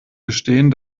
gestehen